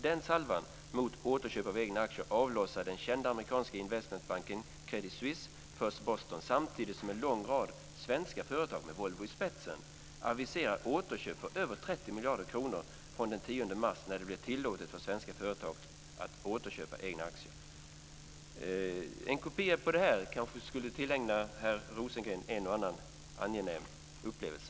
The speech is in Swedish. Den salvan mot återköp av egna aktier avlossar den kända amerikanska investmentbanken Credit Suisse First Boston samtidigt som en lång rad svenska företag med Volvo i spetsen aviserat återköp på över 30 miljarder kronor från den 10:e mars när det blir tillåtet för svenska företag att återköpa egna aktier." En kopia på det här kanske skulle tillägna herr Rosengren en och annan angenäm upplevelse.